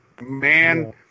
Man